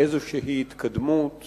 לאיזושהי התקדמות